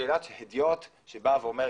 שאלת הדיוט שבה ואומר,